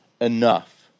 enough